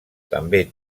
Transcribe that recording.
també